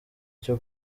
cyo